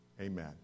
amen